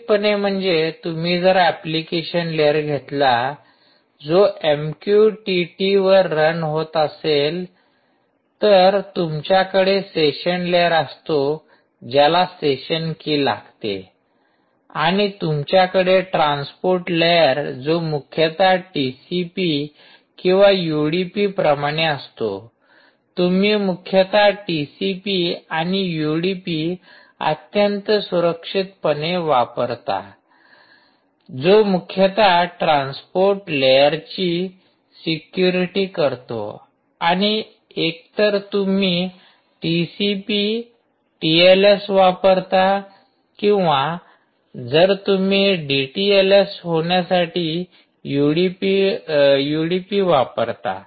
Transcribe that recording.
सुरक्षितपणे म्हणजे तुम्ही जर एप्लीकेशन लेयर घेतला जो एमक्यूटीटीवर रन होत असेल तर तुमच्याकडे सेशन लेयर असतो ज्याला सेशन की लागते आणि तुमच्याकडे ट्रान्सपोर्ट लेयर जो मुख्यतः टीसीपी किंवा युडीपी प्रमाणे असतो तुम्ही मुख्यतः टीसीपी आणि युडीपी अत्यंत सुरक्षित पद्धतीने वापरता जो मुख्यतः ट्रान्सपोर्ट लेअरची सिक्युरिटी करतो आणि एकतर तुम्ही टीसीपी टीएलएस वापरता किंवा जर तुम्ही डीटीएलएस होण्यासाठी यूडीपी वापरता